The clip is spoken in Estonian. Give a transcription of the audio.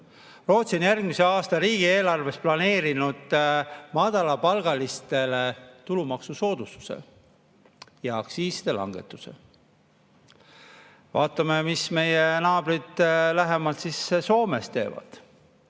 Rootsi on järgmise aasta riigieelarvesse planeerinud madalapalgalistele tulumaksusoodustuse ja aktsiiside langetuse. Vaatame, mis meie lähem naaber Soome teeb.